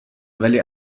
ولی